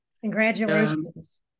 congratulations